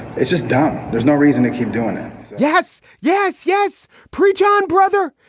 it's just dumb. there's no reason to keep doing it yes. yes. yes. preach on, brother.